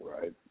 Right